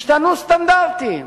השתנו סטנדרטים,